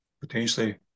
potentially